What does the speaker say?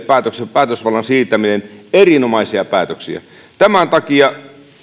päätösvallan siirtäminen kunnille erinomaisia päätöksiä tämän takia